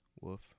Woof